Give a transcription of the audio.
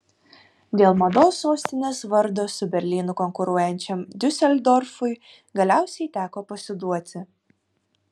dėl mados sostinės vardo su berlynu konkuruojančiam diuseldorfui galiausiai teko pasiduoti